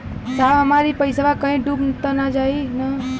साहब हमार इ पइसवा कहि डूब त ना जाई न?